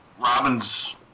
Robin's